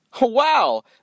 Wow